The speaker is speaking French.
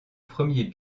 premier